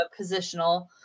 positional